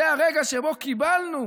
זה הרגע שבו קיבלנו